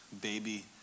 baby